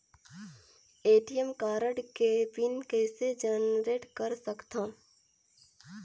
ATM card के pin कइसे generate कर सकथव?